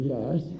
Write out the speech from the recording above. Yes